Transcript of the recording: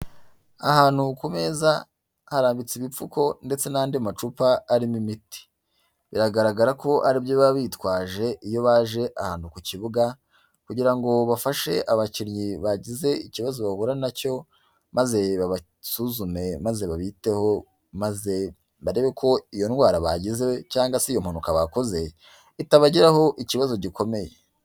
Ahantu ku meza harambitse ibipfuko ndetse n'andi macupa arimo imiti. Biragaragara ko ari ibyo baba bitwaje iyo baje ahantu ku kibuga, kugira ngo bafashe abakinnyi bagize ikibazo bahura nacyo, maze babasuzume maze babiteho maze barebe ko iyo ndwara bagize, cyangwa se iyo mpanuka bakoze, itabagiraho ikibazo gikomeye.